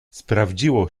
sprawdziło